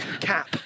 cap